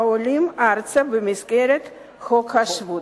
העולים ארצה במסגרת חוק השבות.